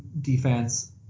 defense